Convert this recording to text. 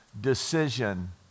decision